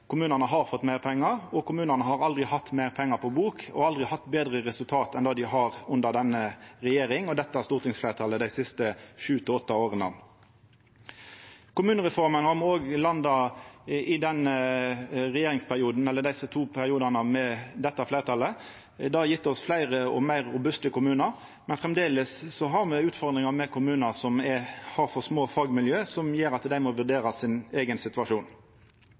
kommunane har fått meir pengar, og at kommunane aldri har hatt meir pengar på bok og aldri hatt betre resultat enn dei har hatt under denne regjeringa og dette stortingsfleirtalet dei siste sju–åtte åra. Kommunereforma har me òg landa i desse to periodane med dette fleirtalet. Det har gjeve oss fleire og meir robuste kommunar. Framleis har me utfordringar med kommunar som har for små fagmiljø, som gjer at dei må vurdera sin eigen situasjon.